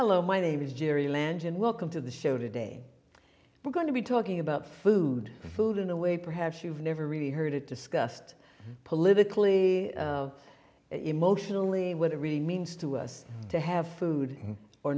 hello my name is jerry land and welcome to the show today we're going to be talking about food and food in a way perhaps you've never really heard it discussed politically of emotionally what it really means to us to have food or